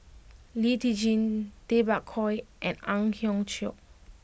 Lee Tjin Tay Bak Koi and Ang Hiong Chiok